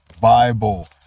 Bible